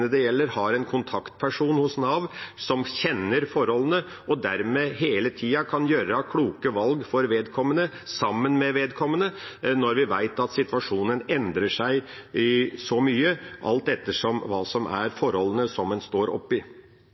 menneskene det gjelder, har en kontaktperson hos Nav som kjenner forholdene og dermed hele tida kan gjøre kloke valg for vedkommende, sammen med vedkommende, når vi vet at situasjonen endrer seg så mye, alt etter hvilke forhold en står oppe i.